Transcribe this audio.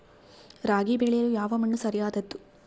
ರಾಗಿ ಬೆಳೆಯಲು ಯಾವ ಮಣ್ಣು ಸರಿಯಾದದ್ದು?